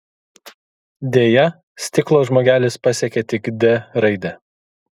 deja stiklo žmogelis pasiekė tik d raidę